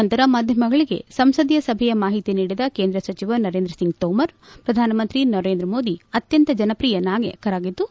ನಂತರ ಮಾಧ್ಯಮಗಳಿಗೆ ಸಂಸದೀಯ ಸಭೆಯ ಮಾಹಿತಿ ನೀಡಿದ ಕೇಂದ್ರ ಸಚಿವ ನರೇಂದ್ರ ಸಿಂಗ್ ತೋಮರ್ ಪ್ರಧಾನಮಂತ್ರಿ ನರೇಂದ್ರ ಮೋದಿ ಅತ್ಯಂತ ಜನಪ್ರಿಯ ನಾಯಕರಾಗಿದ್ದು